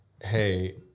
Hey